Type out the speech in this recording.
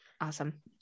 Awesome